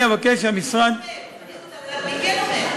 אני רוצה לדעת מי כן עומד.